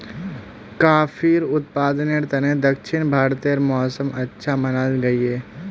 काफिर उत्पादनेर तने दक्षिण भारतेर मौसम अच्छा मनाल गहिये